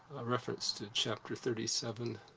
a reference to chapter thirty seven,